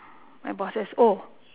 my bosses oh